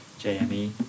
JME